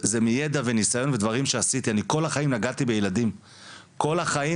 אני אסביר לך רגע על איסלנד,